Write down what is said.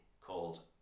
called